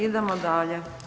Idemo dalje.